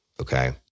Okay